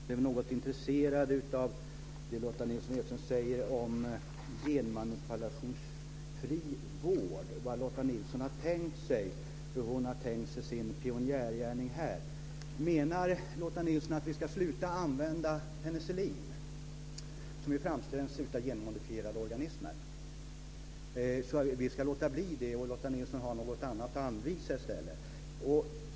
Fru talman! Jag är något intresserad av det som Lotta Nilsson-Hedström säger om genmanipulationsfri vård och av vad Lotta Nilsson-Hedström har tänkt sig, alltså hur hon har tänkt sig sin pionjärgärning här. Menar Lotta Nilson-Hedström att vi ska sluta använda penicillin, som ju framställs av genmodifierade organismer? Är det så att vi ska låta bli det och att Lotta Nilsson-Hedström har något annat att anvisa i stället?